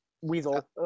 weasel